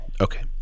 Okay